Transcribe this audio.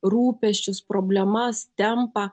rūpesčius problemas tempą